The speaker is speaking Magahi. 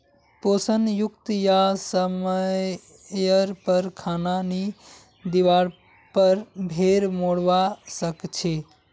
पोषण युक्त या समयर पर खाना नी दिवार पर भेड़ मोरवा सकछे